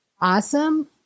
awesome